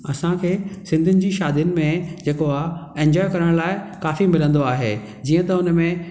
असां खे सिंधीयुनि जी शादिनि में जेको आहे एन्जॉय करण लाइ काफ़ी मिलंदो आहे जीहं त उन में